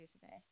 today